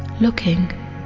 looking